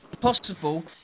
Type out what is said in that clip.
possible